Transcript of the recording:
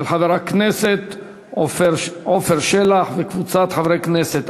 של חבר הכנסת עפר שלח וקבוצת חברי הכנסת.